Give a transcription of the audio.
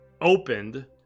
opened